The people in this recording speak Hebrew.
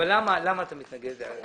למה אתה מתנגד?